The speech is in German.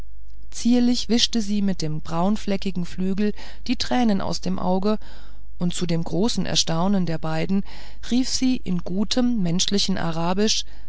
zierlich wischte sie mit dem braungefleckten flügel die tränen aus dem auge und zu dem großen erstaunen der beiden rief sie in gutem menschlichem arabisch